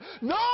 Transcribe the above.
No